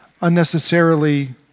unnecessarily